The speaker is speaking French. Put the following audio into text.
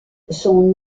son